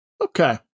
okay